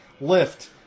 lift